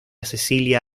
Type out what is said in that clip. cecilia